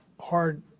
hard